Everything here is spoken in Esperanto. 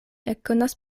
ekkonas